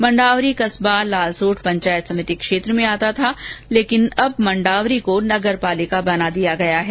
मंडावरी कस्बा लालसोट पंचायत समिति क्षेत्र में आता था और अब मंडावरी को नगर पालिका बना दिया गया है